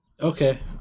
Okay